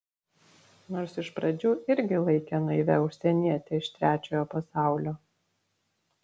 nors iš pradžių irgi laikė naivia užsieniete iš trečiojo pasaulio